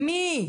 מי?